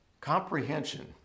Comprehension